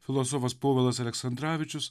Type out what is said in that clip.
filosofas povilas aleksandravičius